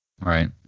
Right